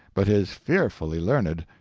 but is fearfully learned.